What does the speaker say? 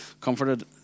comforted